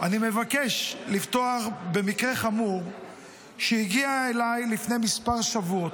מבקש לפתוח במקרה חמור שהגיע אליי לפני כמה שבועות.